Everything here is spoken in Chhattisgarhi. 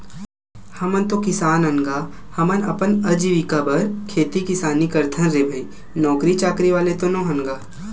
हमन तो किसान अन गा, हमन अपन अजीविका बर खेती किसानी करथन रे भई नौकरी चाकरी वाले तो नोहन गा